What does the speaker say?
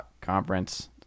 conference